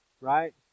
right